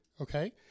Okay